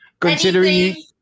Considering